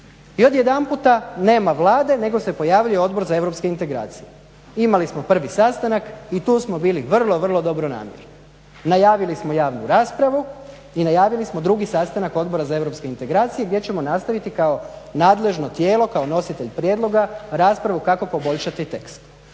I odjedanputa nema Vlade nego se pojavljuje Odbor za europske integracije. Imali smo prvi sastanak i tu smo bili vrlo, vrlo dobronamjerni. Najavili smo javnu raspravu i najavili smo drugi sastanak Odbora za europske integracije gdje ćemo nastaviti kao nadležno tijelo, kao nositelj prijedloga raspravu kako poboljšati tekst.